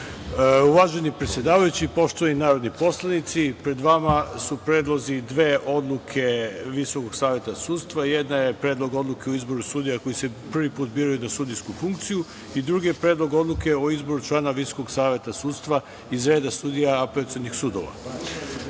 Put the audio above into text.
predsedavajući, poštovani narodni poslanici, pred vama su predlozi dve odluke Visokog saveta sudstva, jedna je Predlog odluke o izboru sudija koji se prvi put biraju na sudijsku funkciju i drugi je Predlog odluke o izboru člana Visokog saveta sudstva iz reda sudija apelacionih sudova. Na